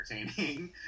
entertaining